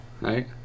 Right